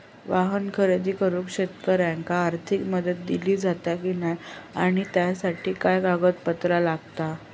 वाहन खरेदी करूक शेतकऱ्यांका आर्थिक मदत दिली जाता की नाय आणि त्यासाठी काय पात्रता लागता?